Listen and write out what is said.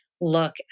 look